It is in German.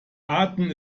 aden